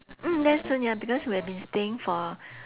mm that's soon ya because we have been staying for